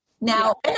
Now